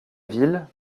ville